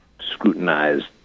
scrutinized